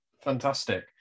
fantastic